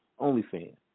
OnlyFans